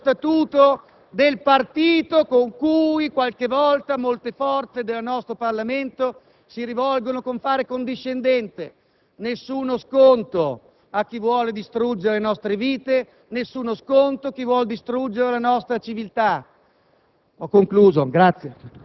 Questo, Presidente, è lo statuto del partito a cui qualche volta molte forze del nostro Parlamento si rivolgono con fare condiscendente. Nessuno sconto a chi vuole distruggere le nostre vite, nessuno sconto a chi vuole distruggere la nostra civiltà.